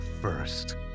first